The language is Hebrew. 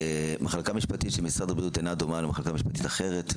מחלקה משפטית של משרד הבריאות אינה דומה למחלקה משפטית אחרת,